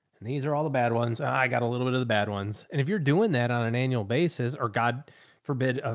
and these are all the bad ones. i got a little bit of the bad ones. and if you're doing that on an annual basis, or god forbid,